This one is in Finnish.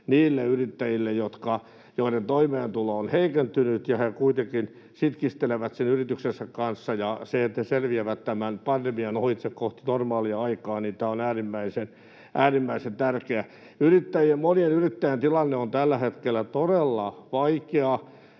niille yrittäjille, joiden toimeentulo on heikentynyt ja jotka kuitenkin sitkistelevät sen yrityksensä kanssa, ja jotta he selviävät tämän pandemian ohitse kohti normaalia aikaa, tämä on äärimmäisen tärkeä. Monien yrittäjien tilanne on tällä hetkellä todella vaikea,